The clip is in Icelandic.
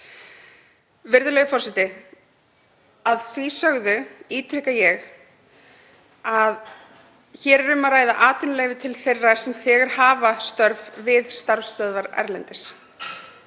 Virðulegur forseti. Að því sögðu ítreka ég að hér er um að ræða atvinnuleyfi til þeirra sem þegar hafa störf við starfsstöðvar erlendis